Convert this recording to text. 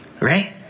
right